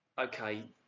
okay